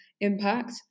impact